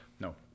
No